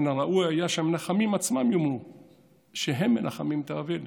מן הראוי היה שהמנחמים עצמם יאמרו שהם מנחמים את האבל.